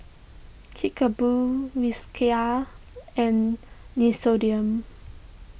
Kickapoo Whiskas and Nixoderm